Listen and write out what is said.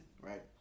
right